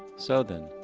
so then,